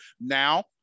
Now